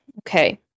Okay